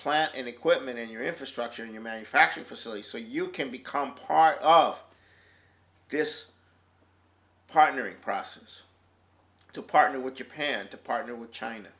plant and equipment and your infrastructure and your manufacturing facilities so you can become part of this partnering process to partner with japan to partner with china